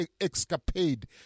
escapade